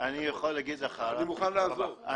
מוכן לעזור.